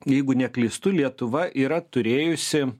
jeigu neklystu lietuva yra turėjusi